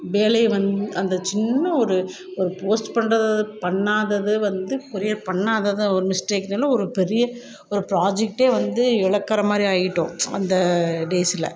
வேலையை வந்து அந்த சின்ன ஒரு ஒரு போஸ்ட் பண்ணுறதது பண்ணாதது வந்து கொரியர் பண்ணாதது ஒரு மிஸ்டேக்குன்னு ஒரு பெரிய ஒரு ப்ராஜெக்ட்டே வந்து இழக்கிற மாதிரி ஆயிவிட்டோம் அந்த டேஸில்